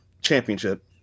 Championship